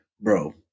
bro